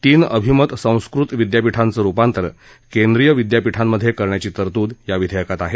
तीन अभिमत संस्कृत विद्यापिठांचं रुपांतर केंद्रीय विद्यापीठांमधे करण्याची तरतूद या विधेयकात आहे